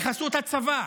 זה פרוטקשן בחסות הצבא.